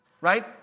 Right